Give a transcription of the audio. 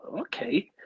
okay